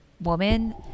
woman